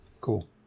Cool